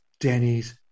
Denny's